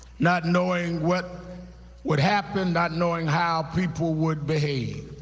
not knowing what would happen, not knowing how people would behave.